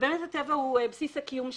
ובאמת הטבע הוא בסיס הקיום שלנו,